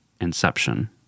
Inception